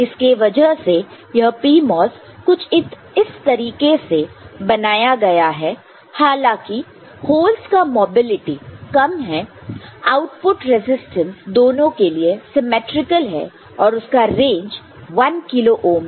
इसके वजह से यह PMOS कुछ इस तरीके से बनाया गया है हालांकि होलस का मोबिलिटी कम है आउटपुट रेजिस्टेंस दोनों के लिए सिमिट्रिकल है और उसका रेंज 1 किलो ओहम है